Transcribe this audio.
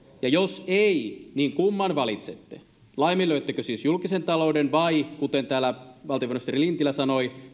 ja jos ei niin kumman valitsette laiminlyöttekö siis julkisen talouden vai kuten täällä valtiovarainministeri lintilä sanoi